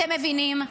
אתם מבינים?